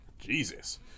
jesus